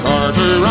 Carter